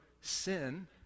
sin